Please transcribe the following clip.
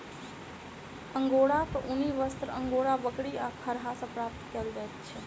अंगोराक ऊनी वस्त्र अंगोरा बकरी आ खरहा सॅ प्राप्त कयल जाइत अछि